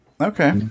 Okay